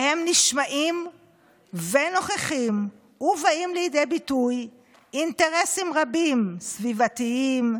שבהן נשמעים ונוכחים ובאים לידי ביטוי אינטרסים רבים: סביבתיים,